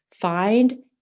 find